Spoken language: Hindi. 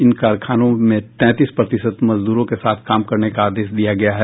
इन कारखानों में तैंतीस प्रतिशत मजदूरों के साथ काम करने का आदेश दिया गया है